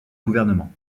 gouvernement